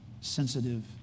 sensitive